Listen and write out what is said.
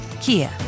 Kia